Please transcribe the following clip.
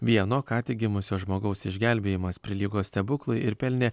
vieno ką tik gimusio žmogaus išgelbėjimas prilygo stebuklui ir pelnė